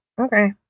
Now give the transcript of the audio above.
okay